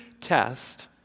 test